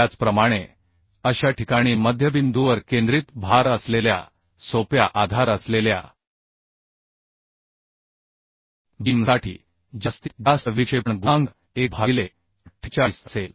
त्याचप्रमाणे अशा ठिकाणी मध्यबिंदूवर केंद्रित भार असलेल्या सोप्या आधार असलेल्या बीमसाठी जास्तीत जास्त विक्षेपण गुणांक 1 भागिले 48 असेल